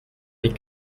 les